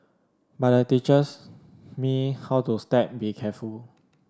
but the teachers me how to step be careful